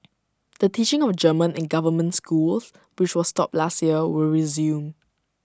the teaching of German in government schools which was stopped last year will resume